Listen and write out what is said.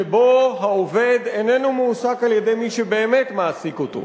שבו העובד איננו מועסק על-ידי מי שבאמת מעסיק אותו,